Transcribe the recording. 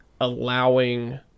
allowing